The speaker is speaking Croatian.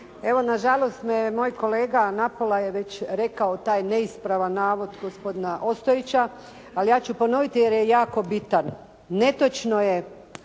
Evo na žalost me je moj kolega, napola je već rekao taj neispravan navod gospodina Ostojića, ali ja ću ponoviti jer je jako bitan. Netočno je